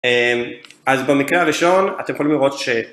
אז במקרה הראשון אתם יכולים לראות ש...